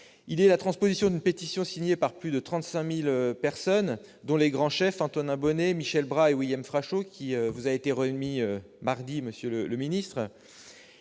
Il est la transposition d'une pétition signée par plus de 35 000 personnes, dont les grands chefs Antonin Bonnet, Michel Bras et William Frachot, qui vous a été remise mardi, monsieur le ministre.